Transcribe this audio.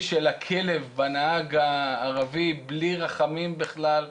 של הכלב בנהג הערבי בלי רחמים בכלל,